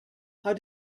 how